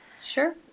Sure